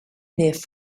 nath